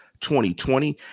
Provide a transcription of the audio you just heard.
2020